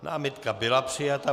Námitka byla přijata.